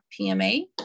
PMA